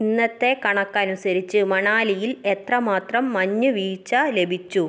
ഇന്നത്തെ കണക്കനുസരിച്ച് മണാലിയിൽ എത്രമാത്രം മഞ്ഞ് വീഴ്ച് ലഭിച്ചു